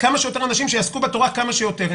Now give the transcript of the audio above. כמה שיותר אנשים שיעסקו בתורה כמה שיותר,